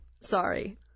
Sorry